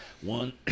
one